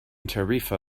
tarifa